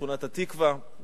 שכונת התקווה,